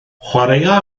chwaraea